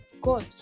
God